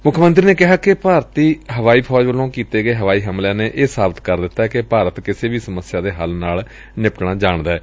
ਮੁੱਖ ਮੰਤਰੀ ਨੇ ਕਿਹਾ ਕਿ ਭਾਰਤੀ ਹਵਾਈ ਫੌਜ ਵੱਲੋਂ ਕੀਤੇ ਹਵਾਈ ਹਮਲਿਆਂ ਨੇ ਇਹ ਸਾਬਤ ਕਰ ਦਿੱਤੈ ਕਿ ਭਾਰਤ ਕਿਸੇ ਵੀ ਸਮੱਸਿਆ ਨਾਲ ਨਿਪਟਣਾ ਜਾਣਦੈ